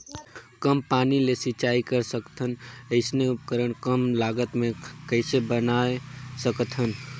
कम पानी ले सिंचाई कर सकथन अइसने उपकरण कम लागत मे कइसे बनाय सकत हन?